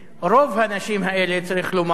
רוב האנשים האלה, צריך לומר,